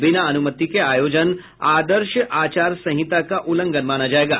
बिना अनुमति के आयोजन आदर्श आचार संहिता का उल्लंघन माना जायेगा